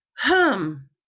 hum